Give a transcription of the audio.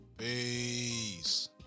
Peace